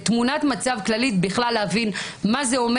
בתמונת מצב כללית בכלל להבין מה זה אומר